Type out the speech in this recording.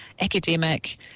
academic